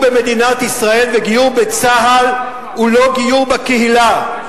וגיור במדינת ישראל וגיור בצה"ל הוא לא גיור בקהילה.